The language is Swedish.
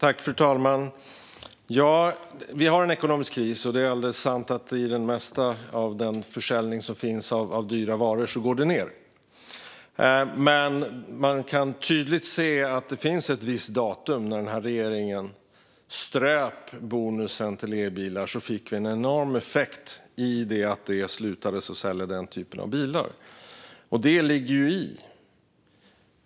Fru talman! Vi har en ekonomisk kris, och det är alldeles sant att det mesta av försäljningen av dyra varor går ned. Men man kan tydligt se att det datum regeringen ströp bonusen till elbilar blev det en enorm effekt i form av att den typen av bilar slutade säljas.